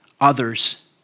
others